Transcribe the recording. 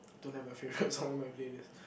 don't have a favourite song on my playlist